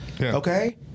Okay